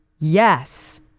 Yes